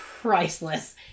priceless